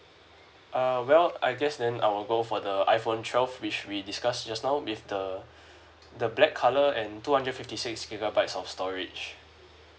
err well I guess then I will go for the iphone twelve which we discussed just now with the the black colour and two hundred fifty six gigabytes of storage